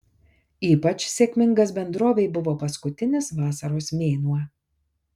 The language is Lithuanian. ypač sėkmingas bendrovei buvo paskutinis vasaros mėnuo